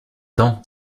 temps